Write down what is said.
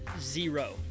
Zero